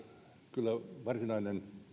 kyllä varsinainen